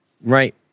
right